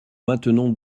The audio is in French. maintenons